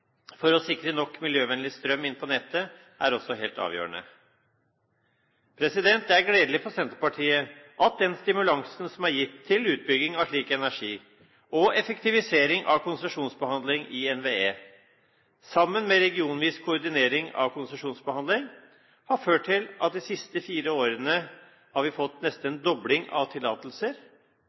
for å sikre nok miljøvennlig strøm inn på nettet er også helt avgjørende. Det er gledelig for Senterpartiet at den stimulansen som er gitt til utbygging av slik energi, og effektivisering av konsesjonsbehandling i NVE, sammen med regionvis koordinering av konsesjonsbehandling, har ført til at vi de siste fire årene har fått nesten en dobling av tillatelser,